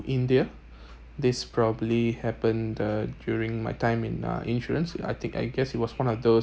india this probably happen the during my time in uh insurance I think I guess he was one of those uh